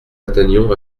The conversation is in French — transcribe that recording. atteignons